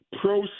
pro